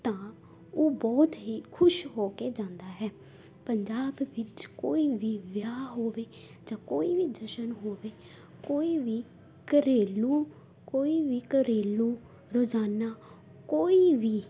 ਤਾਂ ਉਹ ਬਹੁਤ ਹੀ ਖੁਸ਼ ਹੋ ਕੇ ਜਾਂਦਾ ਹੈ ਪੰਜਾਬ ਵਿੱਚ ਕੋਈ ਵੀ ਵਿਆਹ ਹੋਵੇ ਜਾਂ ਕੋਈ ਵੀ ਜਸ਼ਨ ਹੋਵੇ ਕੋਈ ਵੀ ਘਰੇਲੂ ਕੋਈ ਵੀ ਘਰੇਲੂ ਰੋਜ਼ਾਨਾ ਕੋਈ ਵੀ